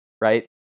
right